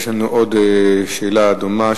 יש לנו שאלה דומה,